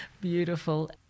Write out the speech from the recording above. beautiful